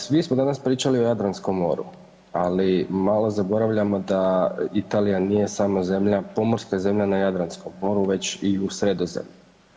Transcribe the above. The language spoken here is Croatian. Svi smo danas pričali o Jadranskom moru, ali malo zaboravljamo da Italija nije samo zemlja, pomorska zemlja na Jadranskom moru, već i u Sredozemlju.